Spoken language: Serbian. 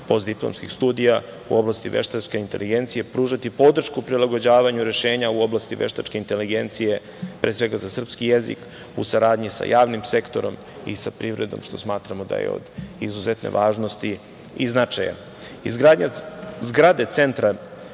postdiplomskih studija u oblasti veštačke inteligencije, pružati podršku prilagođavanju rešenja u oblasti veštačke inteligencije, pre svega, za srpski jezik, u saradnji sa javnim sektorom i sa privredom, što smatramo da je od izuzetne važnosti i značaja. Izgradnja zgrade Centra